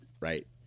Right